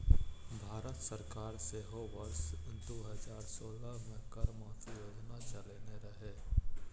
भारत सरकार सेहो वर्ष दू हजार सोलह मे कर माफी योजना चलेने रहै